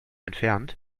entfernt